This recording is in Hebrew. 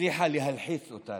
הצליחה להלחיץ אותי.